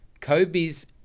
Kobe's